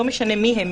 ולא משנה מי הם,